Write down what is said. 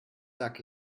sag